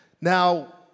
Now